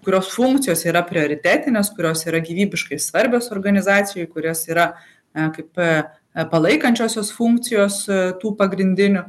kurios funkcijos yra prioritetinės kurios yra gyvybiškai svarbios organizacijoj kurios yra palaikančiosios funkcijos tų pagrindinių